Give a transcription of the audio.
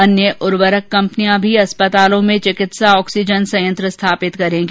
अन्य उर्वरक कम्पनियां भी अस्पतालों में चिकित्सा ऑक्सीजन संयंत्र स्थापित करेंगी